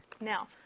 Now